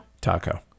Taco